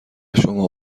شما